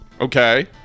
Okay